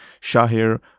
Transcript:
Shahir